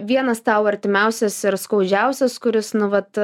vienas tau artimiausias ir skaudžiausias kuris nu vat